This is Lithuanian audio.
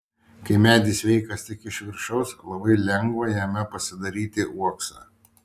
kai medis sveikas tik iš viršaus labai lengva jame pasidaryti uoksą